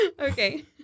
Okay